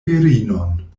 virinon